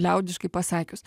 liaudiškai pasakius